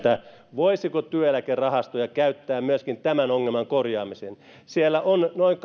voisiko työeläkerahastoja käyttää myöskin tämän ongelman korjaamiseen siellä on noin